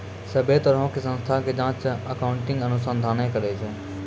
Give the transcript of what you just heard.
सभ्भे तरहो के संस्था के जांच अकाउन्टिंग अनुसंधाने करै छै